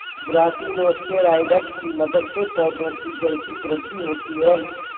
brassinosteroids की मदद से पौधों की जड़ की वृद्धि होती है